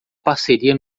parceria